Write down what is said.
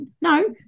no